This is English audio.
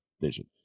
vision